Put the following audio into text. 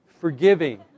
forgiving